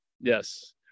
Yes